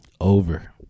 Over